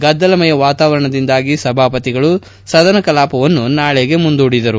ಗದ್ದಲಮಯ ವಾತಾವರಣದಿಂದ ಸಭಾಪತಿಗಳು ಸದನ ಕಲಾಪವನ್ನು ನಾಳೆಗೆ ಮುಂದೂಡಿದರು